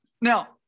Now